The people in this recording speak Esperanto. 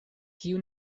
kiu